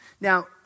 Now